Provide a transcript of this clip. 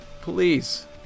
please